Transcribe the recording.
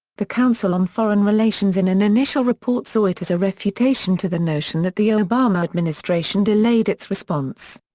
the council on foreign relations in an initial report saw it as a refutation to the notion that the obama administration delayed its response.